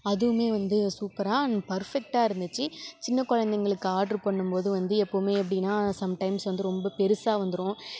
அதுவுமே வந்து சூப்பராக அண்ட் பர்ஃபெக்ட்டாக இருந்துச்சு சின்ன குழந்தைங்களுக்கு ஆர்டர் பண்ணும் போது வந்து எப்பவுமே எப்படினா சம்டைம்ஸ் வந்து ரொம்ப பெருசாக வந்துரும்